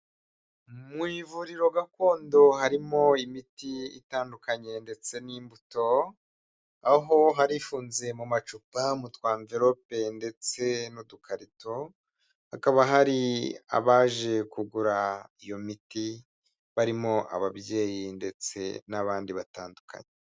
Mu ivuriro gakondo harimo imiti itandukanye ndetse n'imbuto aho hari ifunze mu macupa, mu twanverope ndetse n'udukarito hakaba hari abaje kugura iyo miti barimo ababyeyi ndetse n'abandi batandukanye.